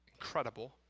incredible